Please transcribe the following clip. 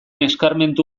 eskarmentu